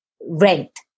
rent